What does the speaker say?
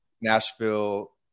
Nashville